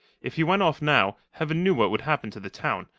if he went off now, heaven knew what would happen to the town,